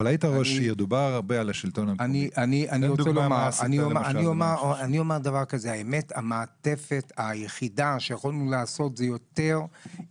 אני אתן דוגמה למעטפת היחידה שיכולנו לעשות כשלטון מקומי,